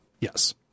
Yes